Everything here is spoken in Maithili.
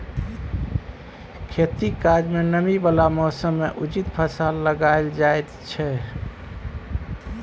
खेतीक काज मे नमी बला मौसम मे उचित फसल लगाएल जाइ छै